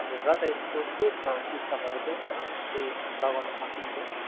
हजुर र त यसको के छ सिस्टमहरू चाहिँ कसरी लगाउन सकिन्छ